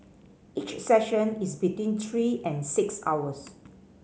each session is between three and six hours